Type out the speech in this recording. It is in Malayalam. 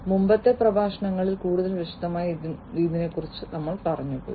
മുമ്പത്തെ പ്രഭാഷണങ്ങളിൽ കൂടുതൽ വിശദമായി ഇതിനകം കടന്നുപോയി